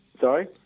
Sorry